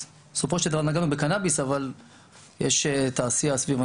אז בסופו של דבר נגענו קנאביס אבל יש תעשיה סביב הנושא.